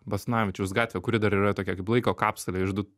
basanavičiaus gatvę kuri dar yra tokia kaip laiko kapsulė iš du